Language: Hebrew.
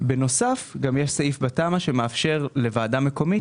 בנוסף גם יש סעיף בתמ"א שמאפשר לוועדה מקומית